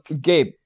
Gabe